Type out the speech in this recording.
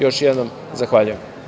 Još jednom zahvaljujem.